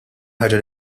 ħaġa